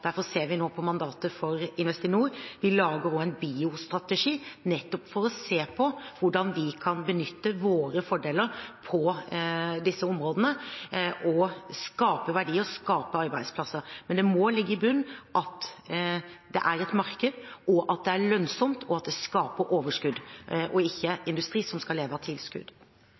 Derfor ser vi nå på mandatet for Investinor. Vi lager også en biostrategi nettopp for å se på hvordan de kan benytte våre fordeler på disse områdene og skape verdier og arbeidsplasser. Men det må ligge i bunn at det er et marked, at det er lønnsomt og at det skapes overskudd, og ikke